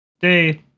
day